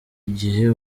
igihe